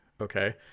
okay